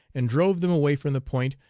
and drove them away from the point,